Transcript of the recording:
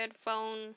phone